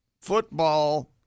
football